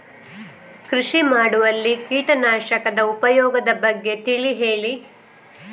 ಕೃಷಿ ಮಾಡುವಲ್ಲಿ ಕೀಟನಾಶಕದ ಉಪಯೋಗದ ಬಗ್ಗೆ ತಿಳಿ ಹೇಳಿ